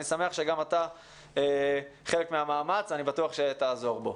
אני שמח שגם אתה חלק מהמאמץ, אני בטוח שתעזור בו.